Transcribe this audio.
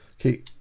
okay